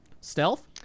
stealth